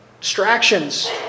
Distractions